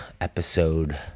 episode